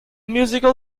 musical